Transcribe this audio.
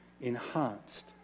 enhanced